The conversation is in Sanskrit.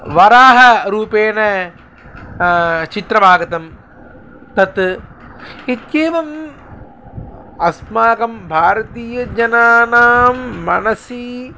वराहरूपेण चित्रम् आगतं तत् इत्येवम् अस्माकं भारतीयजनानां मनसि